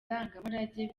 ndangamurage